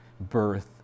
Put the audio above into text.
birth